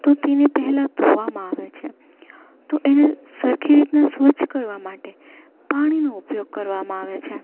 તો તેને પહેલા ધોવામાં આવે છે તો એને સરખી રીતના સ્વચ્છ કરવા માટે પાણીનો ઉપયોગ કરવામાં આવે છે